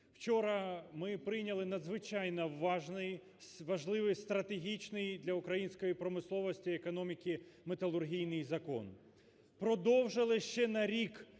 Вчора ми прийняли надзвичайно важний, важливий стратегічний для української промисловості, економіки металургійний закон. Продовжили ще на рік